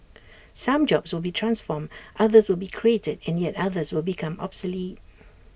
some jobs will be transformed others will be created and yet others will become obsolete